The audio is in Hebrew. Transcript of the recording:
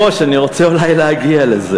אולי איתן כבל יעזור לי.